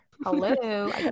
hello